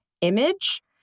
image